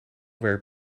werkt